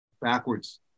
backwards